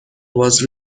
was